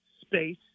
space